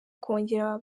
kongera